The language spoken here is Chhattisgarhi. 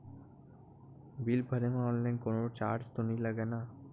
बिल भरे मा ऑनलाइन कोनो चार्ज तो नई लागे ना?